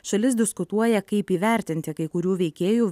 šalis diskutuoja kaip įvertinti kai kurių veikėjų